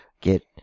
get